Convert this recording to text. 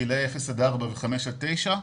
גילאי 0 עד 4 ו-5 עד 9,